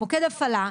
מוקד הפעלה,